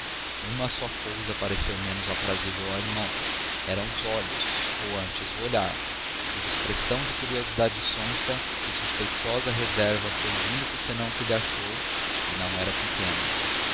uma só coisa pareceu menos aprazível ao irmão eram os olhos ou antes o olhar cuja expressão de curiosidade sonsa e suspeitosa reserva foi o único senão que lhe achou e não era pequeno